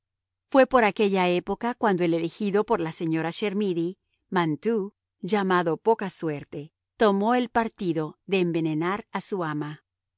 fue por aquella época cuando el elegido por la señora chermidy mantoux llamado poca suerte tomó el partido de envenenar a su ama